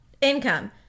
income